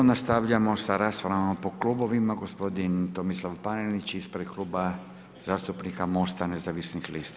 Nastavljamo sa raspravama po klubovima, gospodin Tomislav Panenić ispred Kluba zastupnika Mosta nezavisnih lista.